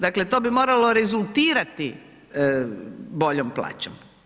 Dakle, to bi moralo rezultirati boljom plaćom.